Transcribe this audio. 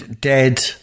Dead